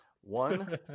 One